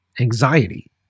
anxiety